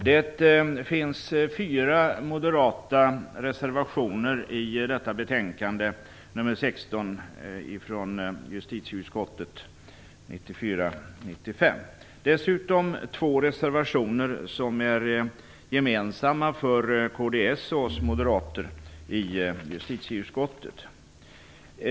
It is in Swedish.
Herr talman! Det finns fyra moderata reservationer fogade till betänkande 1994/95:JuU16. Dessutom finns två reservationer som är gemensamma för kds och oss moderater i justitieutskottet.